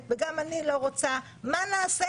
ולכן מה שאני